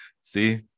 see